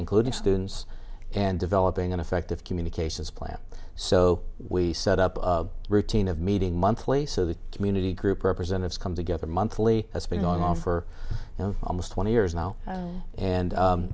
including students and developing an effective communications plan so we set up a routine of meeting monthly so the community group representatives come together monthly that's been going on for almost twenty years now and